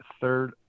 third